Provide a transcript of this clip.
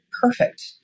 perfect